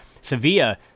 Sevilla